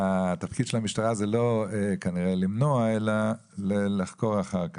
התפקיד של המשטרה הוא לא למנוע אלא לחקור אחר כך.